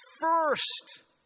first